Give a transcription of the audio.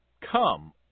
Come